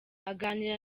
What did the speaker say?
aganira